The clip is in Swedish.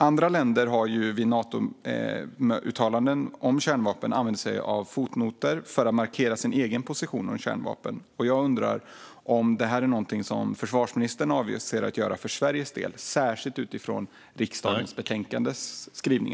Andra länder har vid Natos uttalanden om kärnvapen använt sig av fotnoter för att markera sin egen position. Jag undrar om det är något regeringen avser att göra för Sveriges del, särskilt utifrån skrivningarna i riksdagens betänkande i dag.